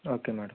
okay madam